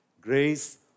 Grace